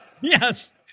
Yes